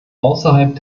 außerhalb